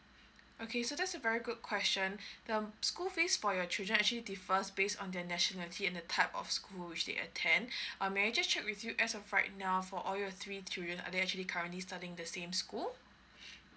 okay so that's a very good question um school fees for your children actually differs based on their nationality and the type of school which they attend uh may I just check with you as of right now for all your three children are they actually currently studying the same school